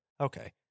okay